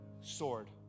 sword